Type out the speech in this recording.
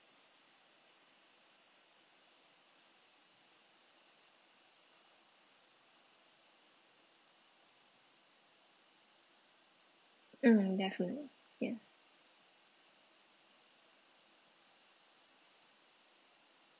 mm definitely ya